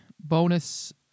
bonus